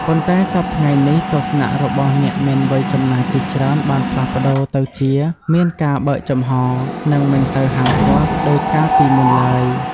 ប៉ុន្តែសព្វថ្ងៃនេះ ទស្សនៈរបស់អ្នកមានវ័យចំណាស់ជាច្រើនបានផ្លាស់ប្ដូរទៅជា មានការបើកចំហ និងមិនសូវហាមឃាត់ ដូចកាលពីមុនឡើយ។